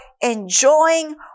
enjoying